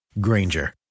Granger